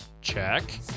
check